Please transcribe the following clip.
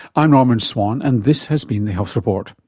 ah norman swan and this has been the health report.